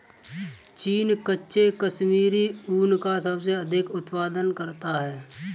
चीन कच्चे कश्मीरी ऊन का सबसे अधिक उत्पादन करता है